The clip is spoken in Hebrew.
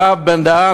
הרב בן-דהן,